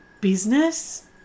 business